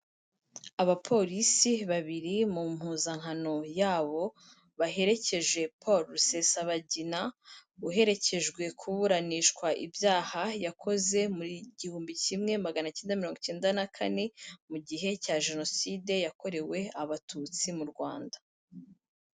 Abapolisi babiri mu mpuzankano yabo, baherekeje Paul RUSESABAGINA, uherekejwe kuburanishwa ibyaha yakoze mu gihumbi kimwe magana cyenda mirongo icyenda na kane, mu gihe cya Jenoside yakorewe Abatutsi mu Rwanda.